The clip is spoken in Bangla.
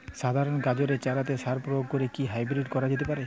সাধারণ গাজরের চারাতে সার প্রয়োগ করে কি হাইব্রীড করা যেতে পারে?